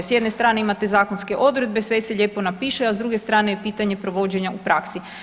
S jedne imate zakonske odredbe sve se lijepo napiše, a s druge strane je pitanje provođenja u praksi.